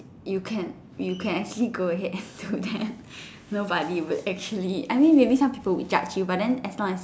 you can you can actually go ahead and do that nobody will actually I mean maybe some people would judge you but then as long as